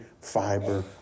fiber